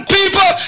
people